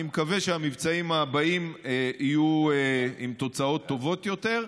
אני מקווה שהמבצעים הבאים יהיו עם תוצאות טובות יותר.